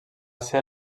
ser